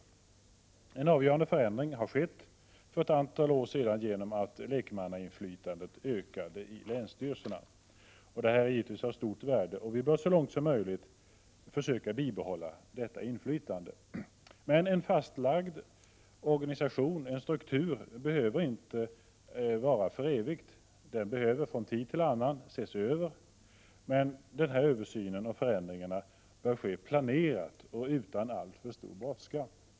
61 En avgörande förändring har skett för ett antal år sedan genom att 26 november 1987 lekmannainflytandet i länsstyrelserna ökade, och det är givetvis av stort värde. Vi bör så långt som möjligt försöka bibehålla detta inflytande. Men en fastlagd organisation eller struktur behöver inte vara för evigt. Den måste från tid till annan ses över, men det bör ske planerat och utan alltför stor brådska.